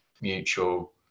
mutual